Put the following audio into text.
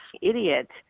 idiot